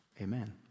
Amen